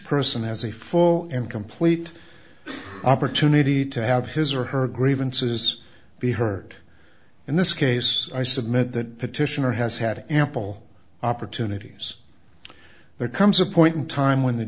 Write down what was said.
person has a full and complete opportunity to have his or her grievances be heard in this case i submit that petitioner has had ample opportunities there comes a point in time when the